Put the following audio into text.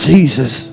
Jesus